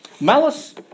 Malice